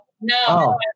no